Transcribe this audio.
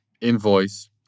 invoice